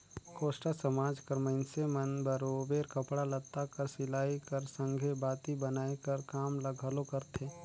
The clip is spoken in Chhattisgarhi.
कोस्टा समाज कर मइनसे मन बरोबेर कपड़ा लत्ता कर सिलई कर संघे बाती बनाए कर काम ल घलो करथे